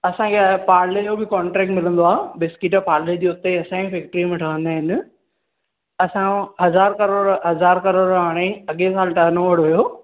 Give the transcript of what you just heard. असांखे पार्ले जो बि कॉन्ट्रैक्ट मिलंदो आहे बिस्किट पार्ले जी हुते असांजे फैक्ट्री में ठवंदा आहिनि असांजो हज़ार किरोड़ हज़ार किरोड़ हाणे अॻे खां टर्न ओवर हुयो